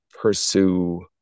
pursue